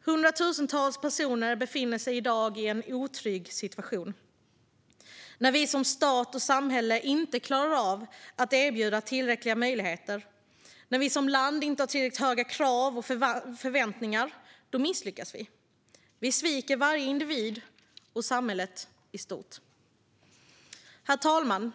Hundratusentals personer befinner sig i dag i en otrygg situation. När vi som stat och samhälle inte klarar av att erbjuda tillräckliga möjligheter och när vi som land inte har tillräckligt höga krav och förväntningar misslyckas vi. Vi sviker varje individ och samhället i stort. Herr talman!